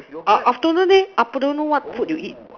aft~ afternoon leh afternoon what food you eat